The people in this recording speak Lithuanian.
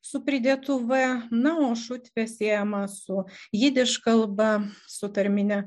su pridėtu v na o šutvė siejama su idiš kalba su tarmine